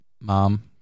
mom